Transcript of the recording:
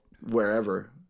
wherever